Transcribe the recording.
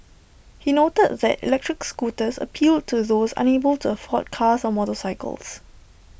he noted that electric scooters appealed to those unable to afford cars or motorcycles